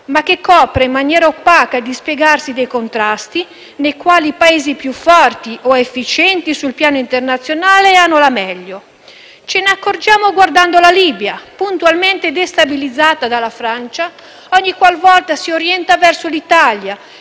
ma che copre in maniera opaca il dispiegarsi dei contrasti nei quali i Paesi più forti o efficienti sul piano internazionale hanno la meglio. Ce ne accorgiamo guardando la Libia, puntualmente destabilizzata dalla Francia ogni qual volta si orienta verso l'Italia,